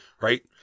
Right